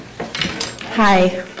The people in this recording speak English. Hi